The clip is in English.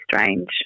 strange